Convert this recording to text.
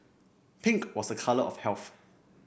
pink was a colour of health